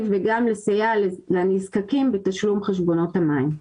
וגם לסייע לנזקקים בתשלום חשבונות המים.